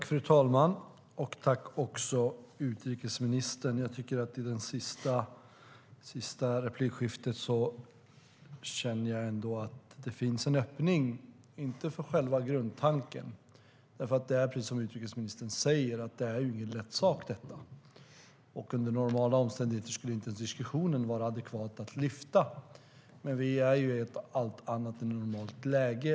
Fru talman! Tack, utrikesministern! Jag tycker efter det senaste inlägget att det ändå finns en öppning, inte när det gäller själva grundtanken, för det är precis som utrikesministern säger ingen lätt sak. Under normala omständigheter skulle inte diskussionen vara adekvat att lyfta, men vi är allt annat än i ett normalt läge.